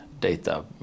data